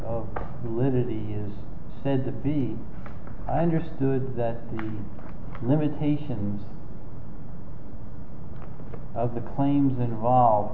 of liberty is said to be i understood that the limitations of the claims involved